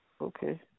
Okay